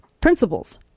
principles